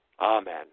Amen